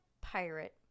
pirate